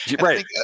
Right